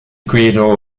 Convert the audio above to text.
creator